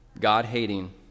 God-hating